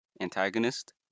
antagonist